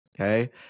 Okay